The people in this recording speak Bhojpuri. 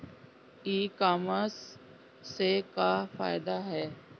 ई कामर्स से का फायदा ह?